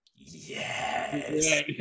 Yes